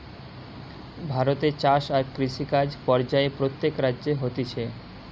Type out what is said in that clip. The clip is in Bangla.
ভারতে চাষ আর কৃষিকাজ পর্যায়ে প্রত্যেক রাজ্যে হতিছে